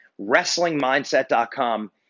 wrestlingmindset.com